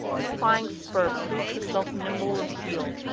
the flying spur proved herself nimble of heel.